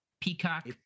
Peacock